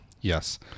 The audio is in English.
Yes